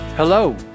Hello